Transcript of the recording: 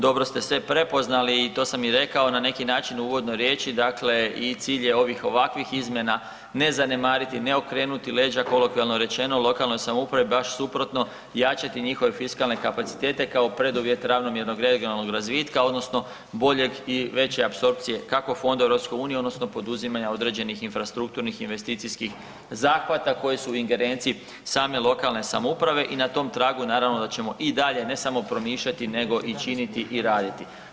Dobro ste sve prepoznali i to sam i rekao na neki način u uvodnoj riječi, dakle, i cilj je ovih, ovakvih izmjena ne zanemariti, ne okrenuti leđa, kolokvijalno rečeno, lokalnoj samoupravi, baš suprotno, jačati njihove fiskalne kapacitete kao preduvjet ravnomjernog regionalnog razvitka odnosno boljeg i veće apsorpcije, kako fonda EU, odnosno poduzimanja određenih infrastrukturnih investicijskih zahvata koji su u ingerenciji same lokalne samouprave i na tom tragu naravno da ćemo, i dalje, ne samo promišljati nego i činiti i raditi.